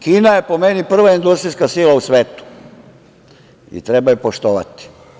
Kina je po meni prva industrijska sila u svetu i treba je poštovati.